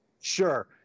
Sure